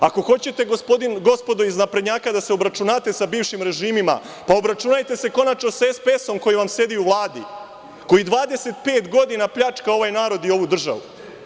Ako hoćete, gospodo iz naprednjaka, da se obračunate sa bivšim režimima, pa obračunajte se konačno sa SPS koji vam sedu u Vladi, koji 25 godina pljačka ovaj narod i ovu državu.